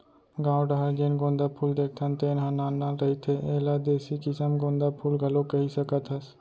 गाँव डाहर जेन गोंदा फूल देखथन तेन ह नान नान रहिथे, एला देसी किसम गोंदा फूल घलोक कहि सकत हस